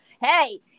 hey